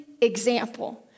example